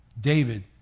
David